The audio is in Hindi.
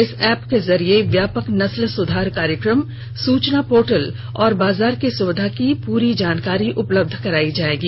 इस ऐप के जरिए व्यापक नस्ल सुधार कार्यक्रम सूचना पोर्टल और बाजार की सुविधा की संपूर्ण जानकारी उपलब्ध करायी जाएगी